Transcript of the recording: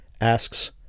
asks